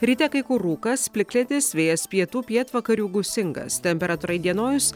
ryte kai kur rūkas plikledis vėjas pietų pietvakarių gūsingas temperatūra įdienojus